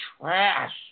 trash